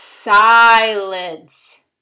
silence